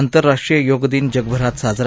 आंतरराष्ट्रीय योगदिन जगभरात साजरा